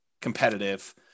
competitive